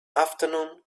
afternoon